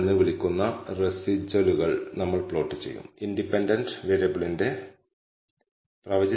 കാരണം ഈ പ്രത്യേക ഉദാഹരണത്തിൽ നമ്മൾക്ക് പതിനാല് പോയിന്റുകൾ ഉണ്ടായിരുന്നു രണ്ട് പാരാമീറ്ററുകൾ കണക്കാക്കാൻ നമ്മൾ രണ്ട് പോയിന്റുകൾ ഉപയോഗിച്ചു